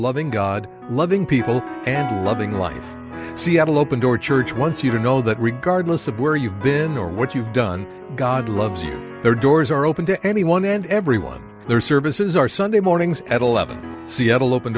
loving god loving people and loving life she had an open door church once you don't know but regardless of where you've been or what you've done god loves you there doors are open to anyone and everyone their services are sunday mornings at eleven seattle open